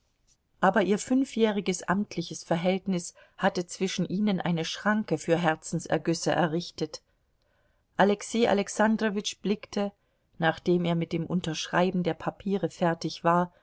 aber ihr fünfjähriges amtliches verhältnis hatte zwischen ihnen eine schranke für herzensergüsse errichtet alexei alexandrowitsch blickte nachdem er mit dem unterschreiben der papiere fertig war